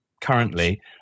currently